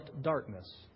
darkness